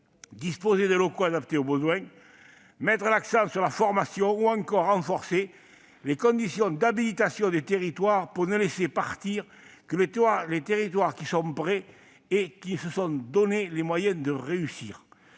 apporter : locaux adaptés aux besoins, nécessité de mettre l'accent sur la formation ou encore renforcement des conditions d'habilitation des territoires pour ne laisser partir que les territoires prêts qui se sont donné les moyens de réussir.